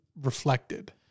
reflected